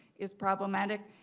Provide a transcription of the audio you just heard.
it's problematic.